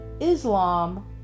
Islam